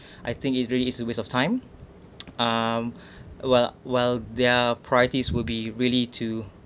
I think it really is a waste of time um well well their priorities will be really too